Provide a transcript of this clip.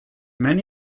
many